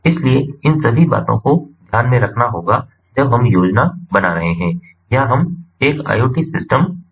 इसलिए इन सभी बातों को ध्यान में रखना होगा जब हम योजना बना रहे हैं या हम एक IoT सिस्टम डिजाइन कर रहे हैं